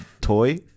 toy